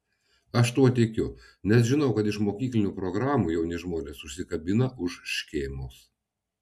aš tuo tikiu nes žinau kad iš mokyklinių programų jauni žmonės užsikabina už škėmos